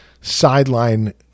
sideline